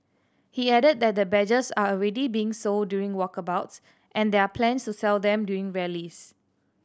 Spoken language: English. he added that the badges are already being sold during walkabouts and there are plans to sell them during rallies